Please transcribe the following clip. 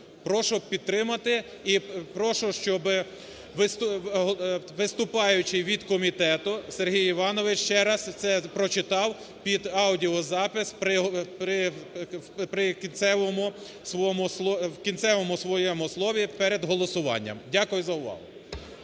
Прошу підтримати. І прошу, щоби виступаючий від комітету Сергій Іванович ще раз це прочитав під аудіо запис в кінцевому своєму слові перед голосуванням. Дякую за увагу.